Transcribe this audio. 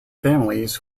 families